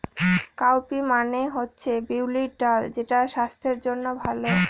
cowpea মানে হচ্ছে বিউলির ডাল যেটা স্বাস্থ্যের জন্য ভালো